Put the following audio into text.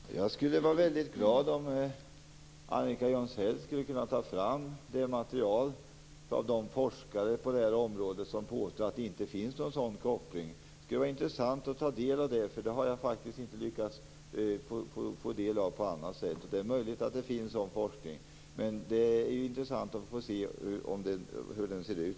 Fru talman! Jag skulle vara väldigt glad om Annika Jonsell kunde ta fram materialet från de forskare på det här området som påstår att det inte finns någon sådan koppling. Det skulle vara intressant att ta del av det, därför att jag har inte lyckats få ta del av det. Det är möjligt att det finns sådan forskning, och jag skulle i så fall gärna se hur den ser ut.